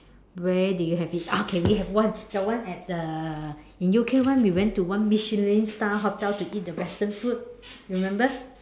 where do you have it okay we have one that one at the in U_K [one] we went to one Michelin star hotel to eat the Western food you remember